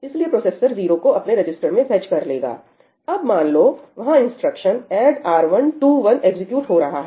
इसलिए प्रोसेसर 0 को अपने रजिस्टर में फेच कर लेगा अब मान लो वहां instruction 'add R1 two one ' execute हो रहा है